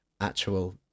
actual